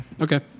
Okay